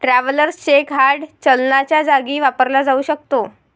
travellers cheque hard चलनाच्या जागी वापरला जाऊ शकतो